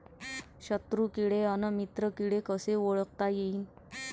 शत्रु किडे अन मित्र किडे कसे ओळखता येईन?